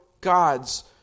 God's